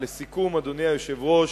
לסיכום, אדוני היושב-ראש,